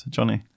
Johnny